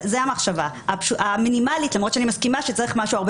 זאת המחשבה המינימלית למרות שאני מסכימה שצריך משהו הרבה